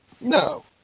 No